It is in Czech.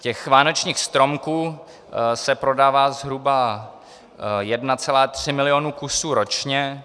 Těch vánočních stromků se prodává zhruba 1,3 milionu kusů ročně.